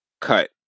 cut